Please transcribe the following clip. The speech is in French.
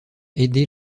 aider